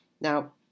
Now